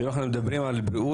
ואם אנחנו מדברים על בריאות,